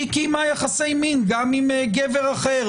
היא קיימה יחסי מין גם עם גבר אחר,